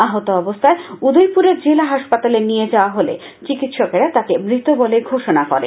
আহত অবস্থায় উদয়পুরের জেলা হাসপাতালে নিয়ে যাওয়া হলে চিকিৎসকরা তাকে মৃত বলে ঘোষণা করেন